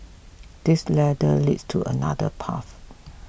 this ladder leads to another path